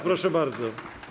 Proszę bardzo.